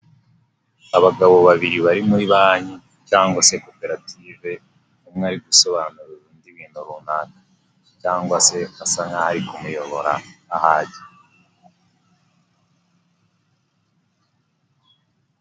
Abagabo babiri bari muri banki cyangwa se koperative, mwari gusobanura ubundi ibintu runaka cyangwa se asa ari kumuyobora aho ajya.